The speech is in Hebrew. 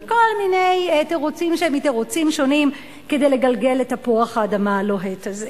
וכל מיני תירוצים מתירוצים שונים כדי לגלגל את תפוח האדמה הלוהט הזה.